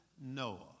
Noah